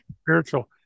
Spiritual